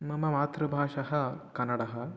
मम मातृभाषा कन्नडः